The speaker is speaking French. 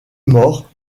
moore